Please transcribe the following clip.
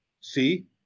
see